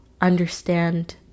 understand